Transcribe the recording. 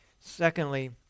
Secondly